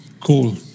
cool